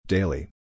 Daily